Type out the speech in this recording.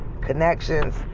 connections